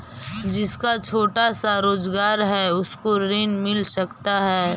जिसका छोटा सा रोजगार है उसको ऋण मिल सकता है?